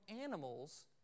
animals